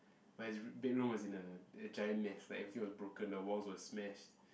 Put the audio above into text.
but his bedroom was in a a giant mess like everything was broken the walls were smashed